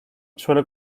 suele